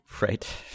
Right